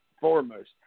foremost